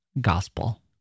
gospel